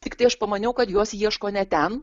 tiktai aš pamaniau kad jos ieško ne ten